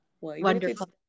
Wonderful